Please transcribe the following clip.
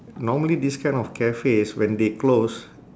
normally this kind of cafes when they close